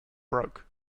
broke